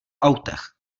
autech